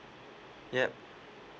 yup